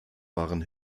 waren